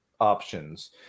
options